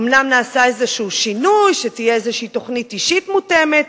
אומנם נעשה איזה שינוי שתהיה איזו תוכנית אישית מותאמת.